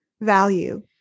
value